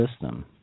system